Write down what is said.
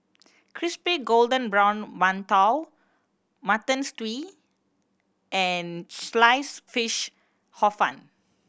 crispy golden brown mantou Mutton Stew and Sliced Fish Hor Fun